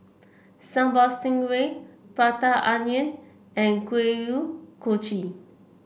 Sambal Stingray Prata Onion and Kuih Kochi